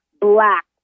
black